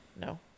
No